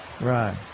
Right